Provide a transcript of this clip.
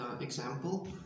example